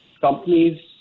companies